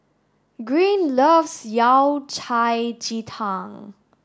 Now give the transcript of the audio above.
Green loves Yao Cai Ji Tang